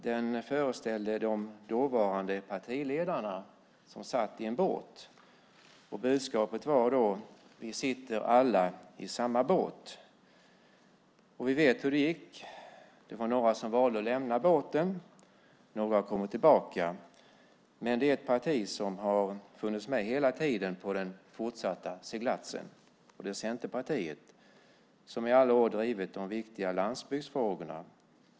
Den föreställde de dåvarande partiledarna, som satt i en båt. Budskapet var: Vi sitter alla i samma båt. Vi vet hur det gick. Det var några som valde att lämna båten. Några har kommit tillbaka. Men det är ett parti som har funnits med hela tiden på den fortsatta seglatsen. Det är Centerpartiet, som i alla år drivit de viktiga landsbygdsfrågorna.